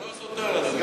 זה לא סותר, אדוני.